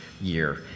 year